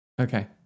Okay